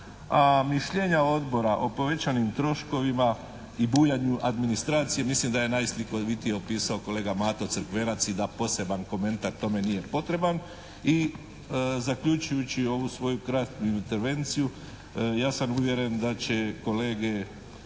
a mišljenja odbora o povećanim troškovima i bujanju administracije mislim da je najslikovitije opisao kolega Mato Crkvenac i da poseban komentar tome nije potreban. I zaključujući ovu svoju kratku intervenciju ja sam uvjeren da će kolege